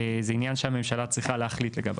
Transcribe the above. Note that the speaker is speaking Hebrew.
זה עניין שהממשלה צריכה להחליט לגביו.